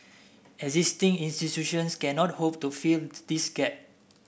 existing institutions cannot hope to fill this gap